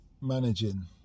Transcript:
managing